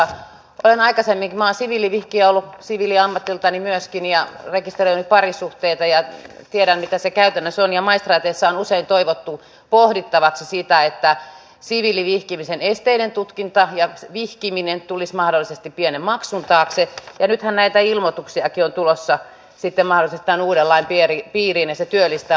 olen aikaisemmin kun minä olen siviilivihkijä ollut siviiliammatiltani myöskin rekisteröinyt parisuhteita ja tiedän mitä se käytännössä on ja maistraateissa on usein toivottu pohdittavaksi sitä että siviilivihkimisen esteiden tutkinta ja vihkiminen tulisi mahdollisesti pienen maksun taakse ja nythän näitä ilmoituksiakin on tulossa sitten mahdollisesti tämän uuden lain piiriin ja se työllistää maistraatteja